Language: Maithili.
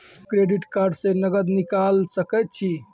क्रेडिट कार्ड से नगद निकाल सके छी?